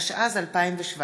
התשע"ז 2017,